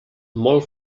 molt